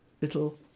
little